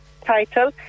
title